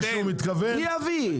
מי יביא?